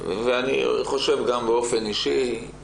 אני אומר את